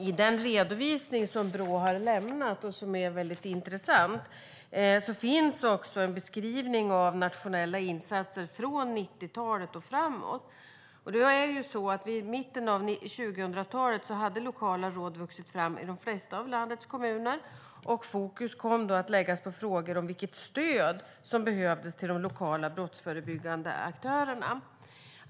I den redovisning som Brå har lämnat och som är väldigt intressant finns också en beskrivning av nationella insatser från 1990-talet och framåt. Då är det så att i mitten av 2010-talet hade lokala råd vuxit fram i de flesta av landets kommuner, och fokus kom att läggas på frågor om vilket stöd som behövdes till de lokala brottsförebyggande aktörerna.